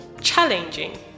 Challenging